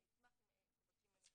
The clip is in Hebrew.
אני אשמח אם תבקשי מהם תשובה.